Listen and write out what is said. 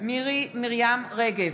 מירי מרים רגב,